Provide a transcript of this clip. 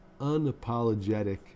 unapologetic